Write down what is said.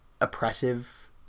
oppressive